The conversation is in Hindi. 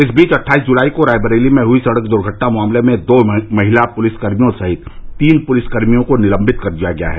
इस बीच अट्ठाईस जुलाई को रायबरेली में हुई सड़क दुर्घटना मामले में दो महिला पुलिसकर्मियों सहित तीन पुलिसकर्मियों को निलम्बित कर दिया गया है